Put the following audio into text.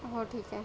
हो ठीक आहे